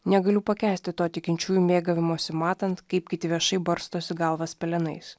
negaliu pakęsti to tikinčiųjų mėgavimosi matant kaip kiti viešai barstosi galvas pelenais